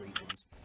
regions